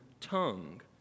tongue